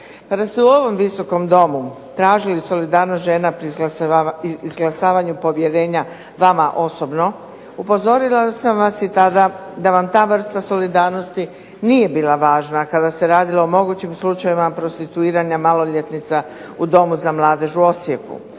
Kada su u ovom Visokom domu tražili solidarnost žena pri izglasavanju povjerenja vama osobno, upozorila sam vas i tada da vam ta vrsta solidarnosti nije bila važna kada se radilo o mogućim slučajevima prostituiranja maloljetnica u domu za mladež u Osijeku.